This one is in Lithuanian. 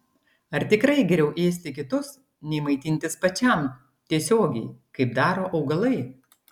ir ar tikrai geriau ėsti kitus nei maitintis pačiam tiesiogiai kaip daro augalai